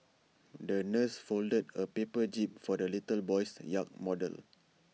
the nurse folded A paper jib for the little boy's yacht model